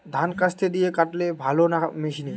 ধান কাস্তে দিয়ে কাটলে ভালো না মেশিনে?